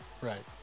Right